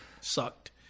sucked